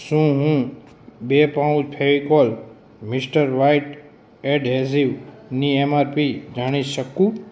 શું હું બે પાઉચ ફેવિકોલ મિસ્ટર વ્હાઈટ એડહેજીવની એમ આર પી જાણી શકું